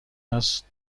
است